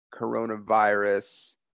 coronavirus